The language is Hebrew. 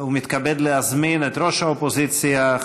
ומתכבד להזמין את ראש האופוזיציה,